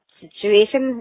situation